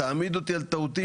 תעמיד אותי על טעותי.